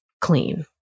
clean